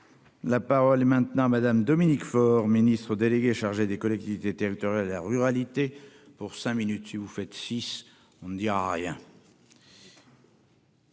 La parole est maintenant Madame Dominique Faure Ministre délégué chargé des collectivités territoriales la ruralité pour cinq minutes si vous faites six. On ne dira rien.